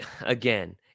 Again